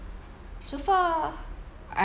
so far I